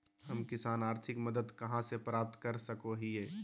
हम किसान आर्थिक मदत कहा से प्राप्त कर सको हियय?